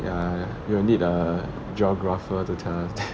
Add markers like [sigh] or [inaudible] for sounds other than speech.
ya ya you will need a geographer to tell us that [laughs]